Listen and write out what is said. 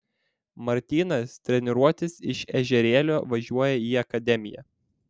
martynas treniruotis iš ežerėlio važiuoja į akademiją